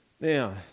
Now